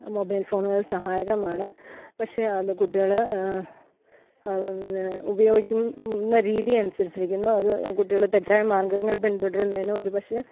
mobile ഫോണുകൾ സഹായകമാണ് പക്ഷേ അത് കുട്ടികൾ ഉപയോഗിക്കുന്ന രീതി അനുസരിച്ചിരിക്കുന്നു അത് കുട്ടികൾ തെറ്റായ മാർഗങ്ങൾ പിന്തുടരുന്നതിന് ഒരുപക്ഷേ